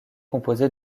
composé